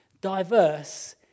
diverse